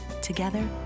Together